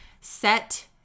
set